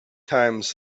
times